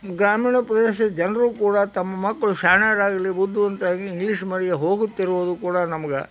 ಗ್ರಾಮೀಣ ಪ್ರದೇಶದ ಜನರು ಕೂಡ ತಮ್ಮ ಮಕ್ಕಳು ಶಾಣ್ಯಾರಾಗ್ಲಿ ಬುದ್ಧಿವಂತ್ರಾಗಿ ಇಂಗ್ಲೀಷ್ ಹೋಗುತ್ತಿರುವುದು ಕೂಡ ನಮ್ಗೆ